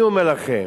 אני אומר לכם,